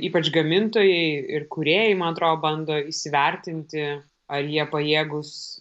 ypač gamintojai ir kūrėjai man atrodo bando įsivertinti ar jie pajėgūs